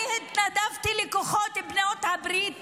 אני התנדבתי לכוחות בעלות הברית,